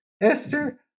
Esther